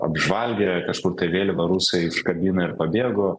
apžvalgė kažkur vėliavą rusai užkabino ir pabėgo